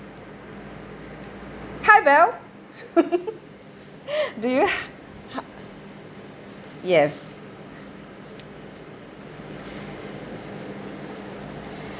hello do you yes